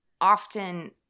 often